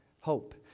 hope